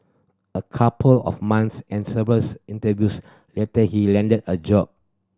a couple of months and servers interviews later he landed a job